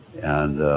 and